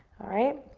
alright?